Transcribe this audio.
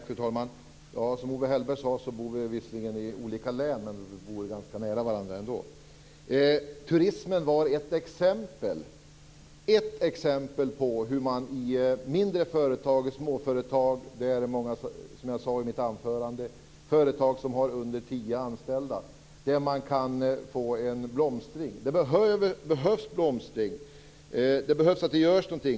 Fru talman! Som Owe Hellberg sade bor vi visserligen i olika län, men vi bor ju ganska nära varandra ändå. Turismen var ett exempel på hur man i mindre företag och i småföretag, som jag sade i mitt anförande, där man har under tio anställda, kan få en blomstring. Det behövs en blomstring. Det behövs att man gör någonting.